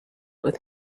with